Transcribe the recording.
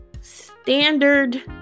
Standard